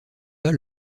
pas